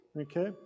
okay